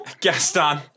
Gaston